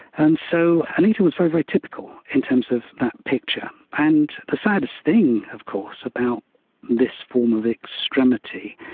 and so anita was very, very typical in terms of that picture. and the saddest thing of course about this form of extremity